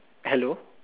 hello